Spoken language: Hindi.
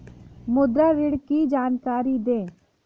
मुद्रा ऋण की जानकारी दें?